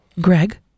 Greg